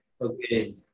Okay